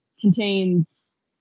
contains